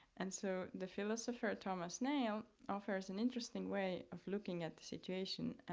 and so the philosopher thomas nail offers an interesting way of looking at the situation.